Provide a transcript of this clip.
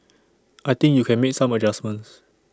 I think you can make some adjustments